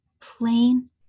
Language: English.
plain